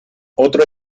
otro